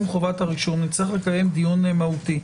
חובת הרישום שנצטרך לקיים דיון מהותי.